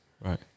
Right